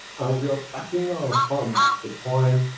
and we are backing our funds, the coin,